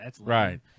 Right